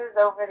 over